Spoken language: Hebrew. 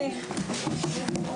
10:50.